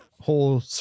whole